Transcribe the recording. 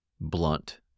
blunt